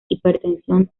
hipertensión